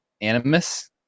animus